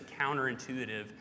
counterintuitive